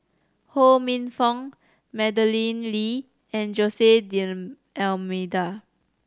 Ho Minfong Madeleine Lee and Jose D'Almeida